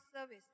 service